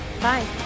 Bye